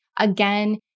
again